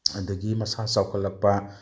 ꯑꯗꯨꯗꯒꯤ ꯃꯁꯥ ꯆꯥꯎꯈꯠꯂꯛꯄ